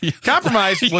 compromise